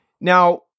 now